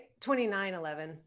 2911